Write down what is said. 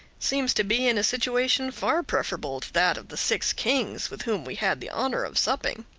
seems to be in a situation far preferable to that of the six kings with whom we had the honour of supping.